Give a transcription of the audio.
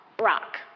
rock